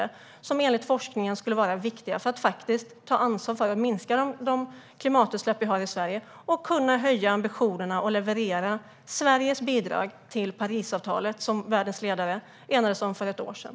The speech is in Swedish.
Det skulle enligt forskningen vara viktigt när det gäller att ta ansvar för att minska de klimatutsläpp vi har i Sverige och när det gäller att höja ambitionerna och leverera Sveriges bidrag till Parisavtalet, som världens ledare enades om för ett år sedan.